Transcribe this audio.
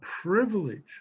privilege